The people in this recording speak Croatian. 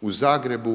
u Zagrebu